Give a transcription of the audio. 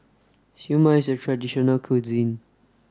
Siew Mai is a traditional local cuisine